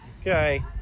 Okay